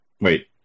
wait